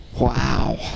wow